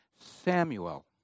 Samuel